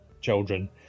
children